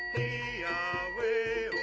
a way